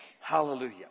Hallelujah